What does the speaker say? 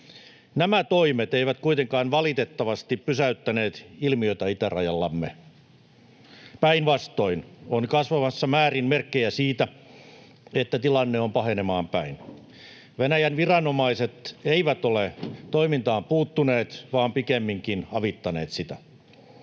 Nämä toimet eivät kuitenkaan valitettavasti pysäyttäneet ilmiötä itärajallamme. Päinvastoin on kasvavassa määrin merkkejä siitä, että tilanne on pahenemaan päin. Venäjän viranomaiset eivät ole toimintaan puuttuneet, vaan pikemminkin avittaneet sitä.